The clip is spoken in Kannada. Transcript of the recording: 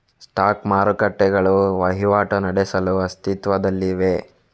ಸ್ಪಾಟ್ ಮಾರುಕಟ್ಟೆಗಳು ವಹಿವಾಟು ನಡೆಸಲು ಅಸ್ತಿತ್ವದಲ್ಲಿವೆ